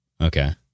Okay